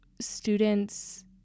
students